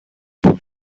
پول